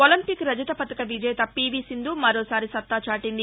Olympic రజత పతక విజేత పీవీ సింధు మరోసారి సత్తా చాటింది